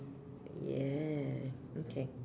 yeah okay